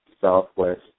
Southwest